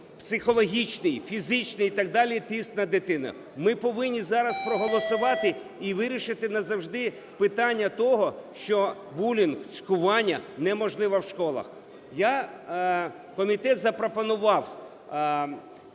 психологічний, фізичний і так далі, тиск на дитину. Ми повинні зараз проголосувати і вирішити назавжди питання того, що булінг, цькування неможливе в школах. Комітет запропонував